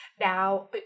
Now